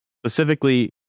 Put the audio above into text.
Specifically